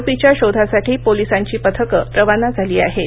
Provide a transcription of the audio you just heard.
आरोपीच्या शोधासाठी पोलिसांची पथकं रवाना झाली आहेत